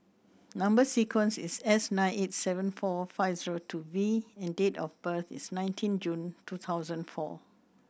number sequence is S nine eight seven four five zero two V and date of birth is nineteen June two thousand and four